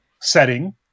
setting